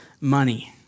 money